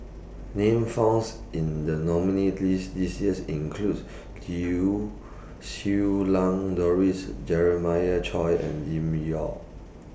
Names found in The nominees' list This Year include Lau Siew Lang Doris Jeremiah Choy and Lim Yau